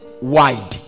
wide